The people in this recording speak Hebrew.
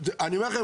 אני אומר לכם,